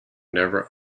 never